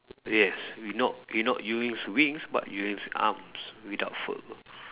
yes you know you know you with wings but with arms without fur